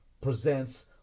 Presents